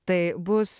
tai bus